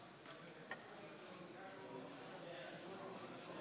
אם כן, חברות וחברי הכנסת,